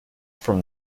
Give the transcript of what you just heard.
from